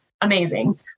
amazing